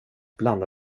blanda